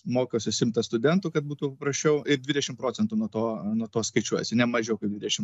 mokosi šimtas studentų kad būtų paprasčiau ir dvidešim procentų nuo to nuo to skaičiuojasi ne mažiau kaip dvidešim